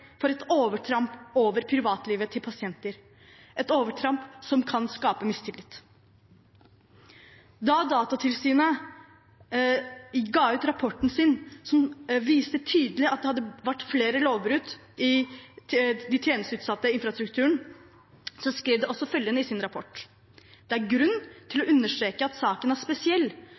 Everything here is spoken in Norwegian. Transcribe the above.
for et overtramp mot privatlivet til pasienter, et overtramp som kan skape mistillit. Da Datatilsynet ga ut rapporten som viste tydelig at det hadde vært flere lovbrudd i den tjenesteutsatte infrastrukturen, skrev de også følgende i sin rapport: «Det er grunn til å understreke at saken er spesiell